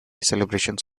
celebrations